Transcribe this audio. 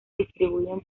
distribuyen